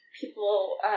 people